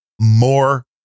more